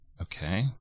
okay